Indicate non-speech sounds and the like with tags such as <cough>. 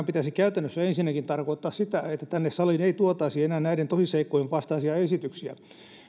<unintelligible> pitäisi käytännössä tarkoittaa ensinnäkin sitä että tänne saliin ei tuotaisi enää näiden tosiseikkojen vastaisia esityksiä